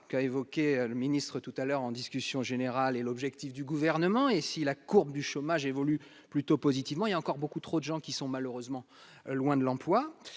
qu'a évoqué le ministre-tout à l'heure en discussion générale et l'objectif du gouvernement et si la courbe du chômage évolue plutôt positivement, il y a encore beaucoup trop de gens qui sont malheureusement loin de l'emploi,